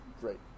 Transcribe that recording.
Great